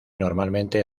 normalmente